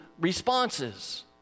responses